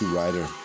rider